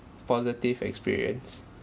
positive experience